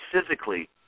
physically